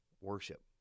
worship